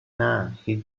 نه، هیچ